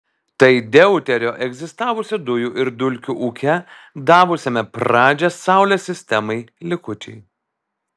tai deuterio egzistavusio dujų ir dulkių ūke davusiame pradžią saulės sistemai likučiai